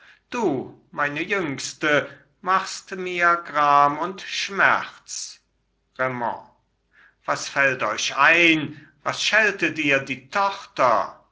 du meine jüngste machst mir gram und schmerz raimond was fällt euch ein was scheltet ihr die tochter